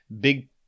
big